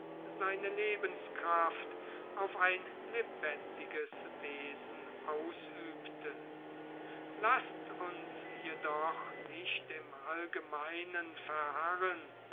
seine lebenskraft auf ein lebendiges wesen ausübte laßt uns jedoch nicht im allgemeinen verharren